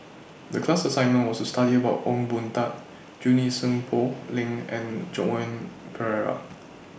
The class assignment was to study about Ong Boon Tat Junie Sng Poh Leng and Joan Pereira